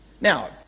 Now